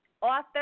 author